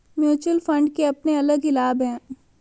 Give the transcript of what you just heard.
mutual fund के अपने अलग ही लाभ हैं